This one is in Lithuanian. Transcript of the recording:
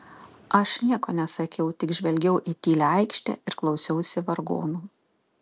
aš nieko nesakiau tik žvelgiau į tylią aikštę ir klausiausi vargonų